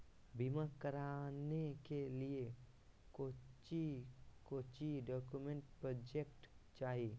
बीमा कराने के लिए कोच्चि कोच्चि डॉक्यूमेंट प्रोजेक्ट चाहिए?